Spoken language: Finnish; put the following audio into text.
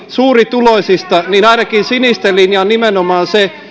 suurituloisista niin ainakin sinisten linja on nimenomaan se